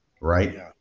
right